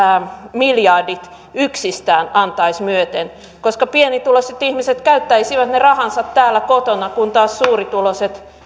miljardit yksistään antaisivat myöten koska pienituloiset ihmiset käyttäisivät ne rahansa täällä kotona kun taas suurituloiset